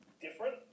different